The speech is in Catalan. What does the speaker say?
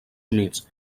humits